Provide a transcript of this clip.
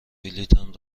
بلیطم